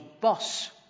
boss